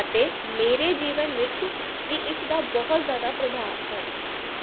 ਅਤੇ ਮੇਰੇ ਜੀਵਨ ਵਿੱਚ ਵੀ ਇਸ ਦਾ ਬਹੁਤ ਜ਼ਿਆਦਾ ਪ੍ਰਭਾਵ ਹੈ